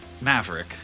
Maverick